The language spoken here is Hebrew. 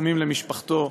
תנחומים למשפחתו.